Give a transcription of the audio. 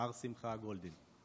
מר שמחה גולדין,